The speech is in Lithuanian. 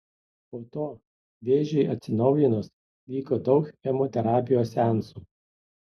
po to vėžiui atsinaujinus vyko daug chemoterapijos seansų